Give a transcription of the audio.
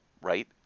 right